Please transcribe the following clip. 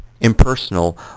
impersonal